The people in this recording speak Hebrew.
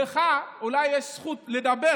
לך אולי יש זכות לדבר,